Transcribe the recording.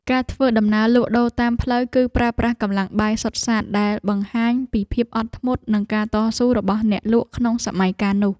ការធ្វើដំណើរលក់ដូរតាមផ្លូវ គឺប្រើប្រាស់កម្លាំងបាយសុទ្ធសាធដែលបង្ហាញពីភាពអត់ធ្មត់និងការតស៊ូរបស់អ្នកលក់ក្នុងសម័យកាលនោះ។